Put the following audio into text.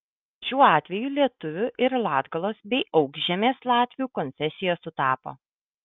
šiuo atveju lietuvių ir latgalos bei aukšžemės latvių konfesija sutapo